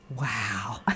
wow